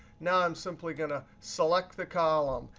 now i'm simply going to select the column,